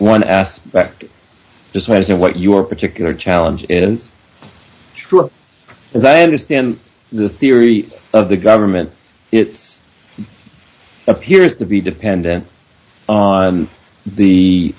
one aspect deciding what your particular challenge is true as i understand the theory of the government it appears to be dependent on the